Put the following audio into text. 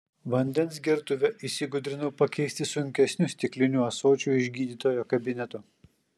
vandens gertuvę įsigudrinau pakeisti sunkesniu stikliniu ąsočiu iš gydytojo kabineto